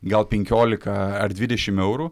gal penkiolika ar dvidešim eurų